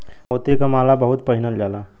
मोती क माला बहुत पहिनल जाला